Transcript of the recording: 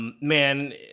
Man